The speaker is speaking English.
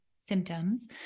symptoms